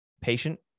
patient